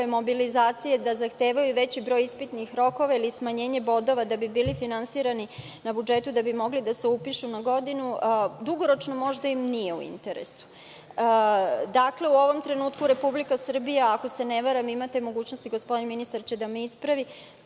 mobilizacije zahteva veći broj ispitnih rokova ili smanjenje bodova da bi bili finansirani na budžetu i da bi mogli da se upišu na novu godinu, dugoročno im možda nije u interesu.U ovom trenutku Republika Srbija, ako se ne varam, ima te mogućnosti, gospodin ministar će da me ispravi,